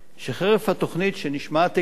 שחרף התוכנית, שנשמעת הגיונית,